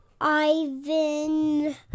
Ivan